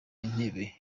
intebe